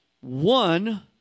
one